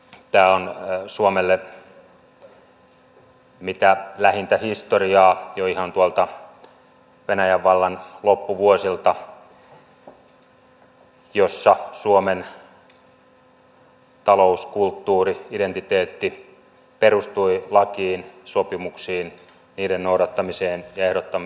tämä on suomelle mitä lähintä historiaa jo ihan tuolta venäjän vallan loppuvuosilta jolloin suomen talous kulttuuri ja identiteetti perustuivat lakiin sopimuksiin niiden noudattamiseen ja ehdottomaan kunnioittamiseen